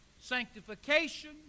sanctification